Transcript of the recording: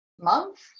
month